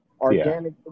Organic